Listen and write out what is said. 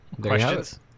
Questions